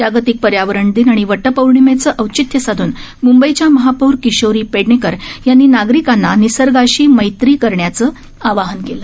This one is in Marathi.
जागतिक पर्यावरण दिन आणि वटपौर्णिमेचं औचित्य साधन मंबईच्या महापौर किशोरी पेडणेकर यांनी नागरिकांना निसर्गाशी मैत्री करण्याचं आवाहन केलं